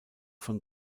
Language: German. von